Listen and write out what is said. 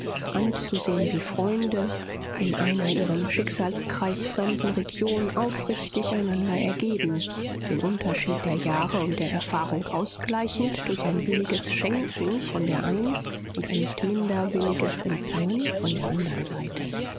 anzusehen wie freunde in einer ihrem schicksalskreis fremden region aufrichtig einander ergeben den unterschied der jahre und der erfahrung ausgleichend durch ein williges schenken von der einen und ein nicht minder williges empfangen von der andern seite